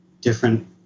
different